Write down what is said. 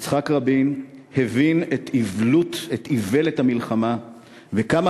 יצחק רבין הבין את איוולת המלחמה וכמה